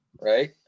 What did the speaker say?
right